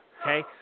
okay